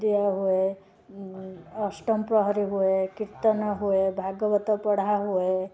ଦିଆ ହୁଏ ଅଷ୍ଟପ୍ରହରୀ ହୁଏ କୀର୍ତ୍ତନ ହୁଏ ଭାଗବତ ପଢ଼ା ହୁଏ